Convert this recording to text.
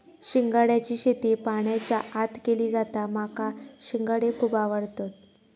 शिंगाड्याची शेती पाण्याच्या आत केली जाता माका शिंगाडे खुप आवडतत